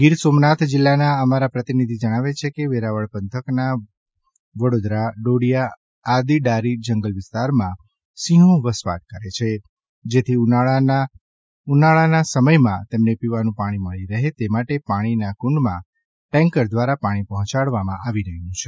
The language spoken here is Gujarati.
ગીર સોમનાથ જિલ્લાના અમારા પ્રતિનિધિ જણાવે છે કે વેરાવળ પંથકના વડોદરા ડોડિયા આદી ડારી જંગલ વિસ્તારમાં સિંહો વસવાટ કરે છે જેથી ઉનાળાના સવારમાં તેમને પીવાનું પાણી મળી રહે તે માટે પાણીના કુંડમાં ટેન્કર દ્વારા પાણી પહોંચાડવામાં આવી રહ્યું છે